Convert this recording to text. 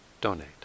donate